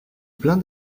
plein